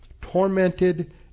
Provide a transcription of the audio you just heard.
tormented